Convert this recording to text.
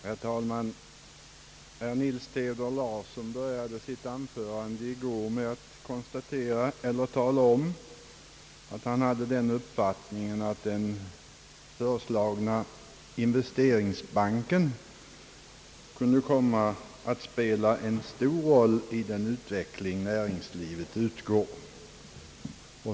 Herr talman! Herr Nils Theodor Larsson började sitt anförande i går med att tala om att han hade den uppfattningen, att den föreslagna investeringsbanken kunde komma att spela en stor roll i den utveckling näringslivet undergår.